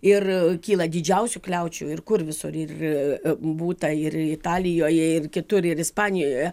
ir kyla didžiausių kliaučių ir kur visur ir būta ir italijoje ir kitur ir ispanijoje